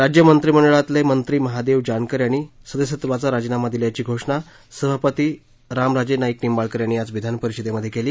राज्य मंत्रीमंडळातले मंत्री महादेव जानकर यांनी सदस्यत्वाचा राजीनामा दिल्याची घोषणा सभापती रामराजे निंबाळकर यांनी आज विधानपरिषदेत केली